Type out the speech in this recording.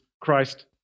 Christ